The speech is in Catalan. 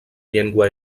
llengua